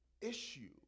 issue